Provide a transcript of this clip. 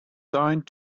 signed